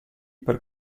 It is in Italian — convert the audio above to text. per